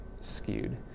skewed